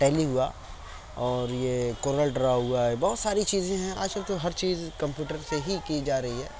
ٹیلی ہوا اور یہ کورل ڈرا ہوا بہت ساری چیزیں ہیں آج کل تو ہر چیز کمپیوٹر سے ہی کی جا رہی ہے